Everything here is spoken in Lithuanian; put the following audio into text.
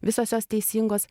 visos jos teisingos